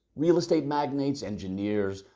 real estate magnates, engineers,